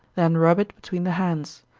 then rub it between the hands.